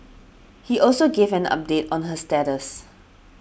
he also gave an update on her status